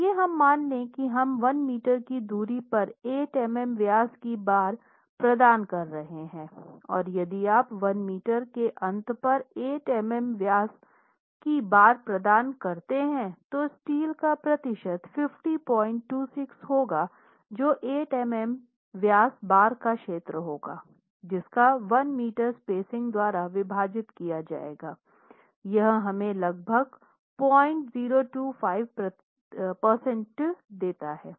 आइए हम मान लें कि हम 1 मीटर की दूरी पर 8 मिमी व्यास की बार प्रदान कर रहे हैं और यदि आप 1 मीटर के अंतर पर 8 मिमी व्यास की बार प्रदान करते है तो स्टील का प्रतिशत 5026 होगा जो 8 मिमी व्यास बार का क्षेत्र होगा जिसको 1 मीटर स्पेसिंग द्वारा विभाजित किया जायेगा यह हमें लगभग 0025 प्रतिशत देता है